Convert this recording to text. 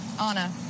Anna